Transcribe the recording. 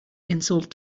insult